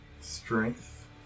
strength